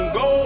go